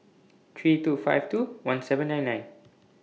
three two five two one seven nine nine